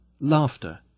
Laughter